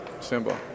simple